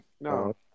No